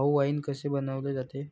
भाऊ, वाइन कसे बनवले जाते?